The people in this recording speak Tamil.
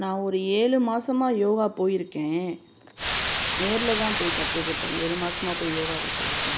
நான் ஒரு ஏழு மாதமா யோகா போயிருக்கேன் நேரில்தான் போய் கற்றுக்கிட்டேன் ஏழு மாதமா போய் யோகா கற்றுக்கிட்டேன்